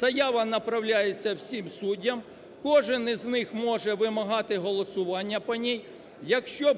Заява направляється всім суддям, кожен з них може вимагати голосування по ній. Якщо